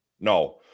No